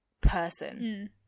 person